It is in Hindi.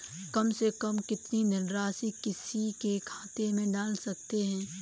कम से कम कितनी धनराशि किसी के खाते में डाल सकते हैं?